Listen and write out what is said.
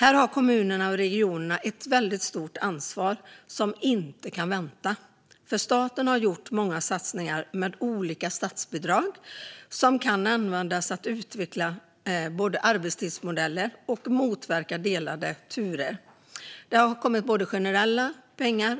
Här har kommuner och regioner ett stort ansvar som inte kan vänta, för staten har gjort många satsningar med olika statsbidrag som kan användas för att utveckla arbetstidsmodeller och motverka delade turer. Det är både generella